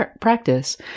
practice